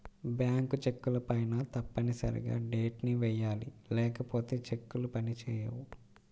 bank చెక్కులపైన తప్పనిసరిగా date ని వెయ్యాలి లేకపోతే చెక్కులు పని చేయవు